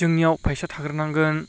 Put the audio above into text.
जोंनियाव फैसा थाग्रोनांगोन